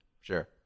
sure